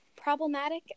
problematic